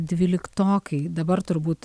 dvyliktokai dabar turbūt